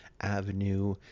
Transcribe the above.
avenue